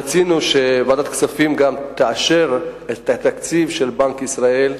רצינו שוועדת הכספים גם תאשר את התקציב של בנק ישראל,